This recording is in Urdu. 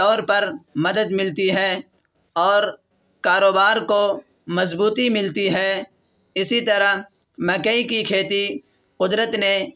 طور پر مدد ملتی ہے اور کاروبار کو مضبوطی ملتی ہے اسی طرح مکئی کی کھیتی قدرت نے